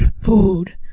food